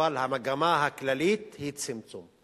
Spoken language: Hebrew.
אבל המגמה הכללית היא צמצום,